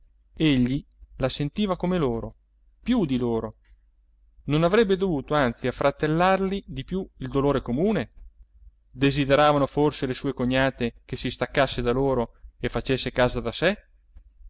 egli la sentiva come loro più di loro non avrebbe dovuto anzi affratellarli di più il dolore comune desideravano forse le sue cognate che si staccasse da loro e facesse casa da sé